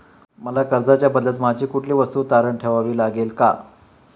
मला कर्जाच्या बदल्यात माझी कुठली वस्तू तारण ठेवावी लागेल का?